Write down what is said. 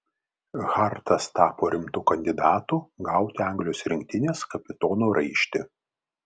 hartas tapo rimtu kandidatu gauti anglijos rinktinės kapitono raištį